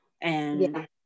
and-